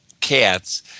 Cats